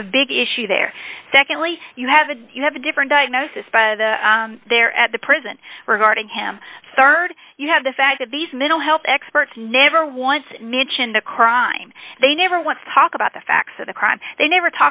you have a big issue there secondly you have a you have a different diagnosis by the there at the prison regarding him rd you have the fact that these mental health experts never once mention the crime they never want to talk about the facts of the crime they never